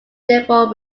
therefore